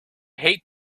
hate